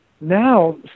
Now